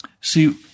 See